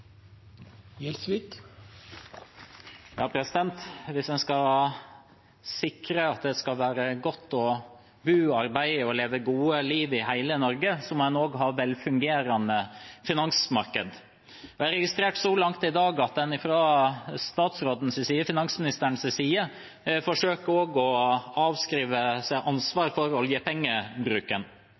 Hvis en skal sikre at det skal være godt å bo, arbeide og leve et godt liv i hele Norge, må en også ha velfungerende finansmarked. Jeg har registrert så langt i dag at finansministeren forsøker å fraskrive seg ansvar for oljepengebruken. Det er en av regjeringens og finansministerens fremste oppgaver å legge nivået for